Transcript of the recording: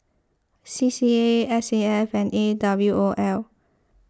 C C A S A F and A W O L